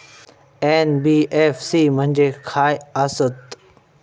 NBFC म्हणजे खाय आसत?